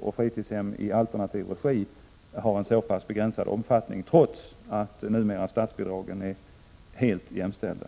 och fritidshem i alternativ regi har en så pass begränsad omfattning, trots att statsbidragen numera är helt jämställda.